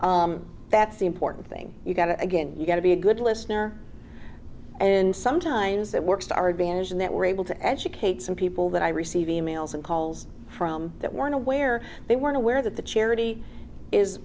that's the important thing you've got to again you've got to be a good listener and sometimes that works to our advantage and that we're able to educate some people that i receive emails and calls from that weren't aware they weren't aware that the charity is